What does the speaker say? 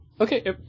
Okay